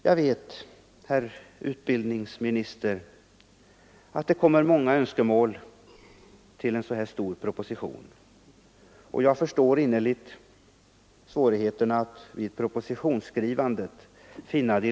Jag hoppas emellertid att utbildningsministern skall följa verksamheten inom SOR orkestrarna och att de ges möjlighet att framgent fylla sin viktiga funktion.